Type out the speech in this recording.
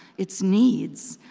its needs,